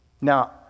Now